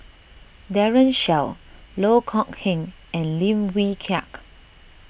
Daren Shiau Loh Kok Heng and Lim Wee Kiak